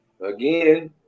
Again